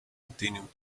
continued